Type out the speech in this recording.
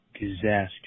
disaster